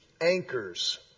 anchors